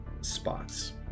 spots